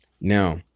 Now